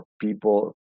people